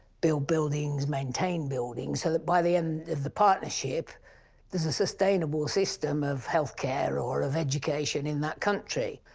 build buildings, maintain buildings so that by the end of the partnership there's a sustainable system of healthcare or of education in that country.